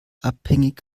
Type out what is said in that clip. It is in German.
abhängig